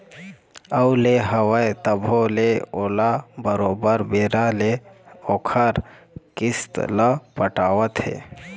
अउ ले हवय तभो ले ओला बरोबर बेरा ले ओखर किस्त ल पटावत हे